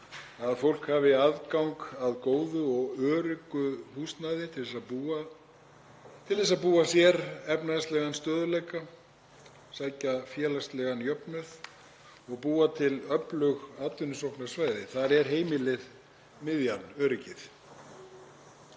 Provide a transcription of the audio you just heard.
að fólk hafi aðgengi að góðu og öruggi húsnæði til þess að skapa efnahagslegan stöðugleika, sækja félagslegan jöfnuð og búa til öflug atvinnusóknarsvæði. Þar er heimilið miðjan og öryggið.